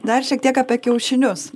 dar šiek tiek apie kiaušinius